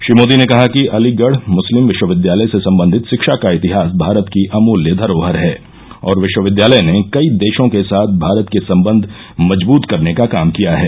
श्री मोदी ने कहा कि अलीगढ मुस्लिम विश्वविद्यालय से संबंधित शिक्षा का इतिहास भारत की अमूल्य धरोहर है और विश्वविद्यालय ने कई देशों के साथ भारत के संबंध मजबूत करने का काम किया है